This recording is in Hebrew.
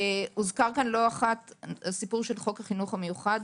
הוזכר פה לא אחת הסיפור של חוק החינוך המיוחד.